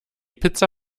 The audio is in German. pizza